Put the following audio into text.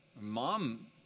mom